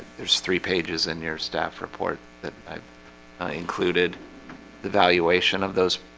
there's three pages in your staff report that i've included the valuation of those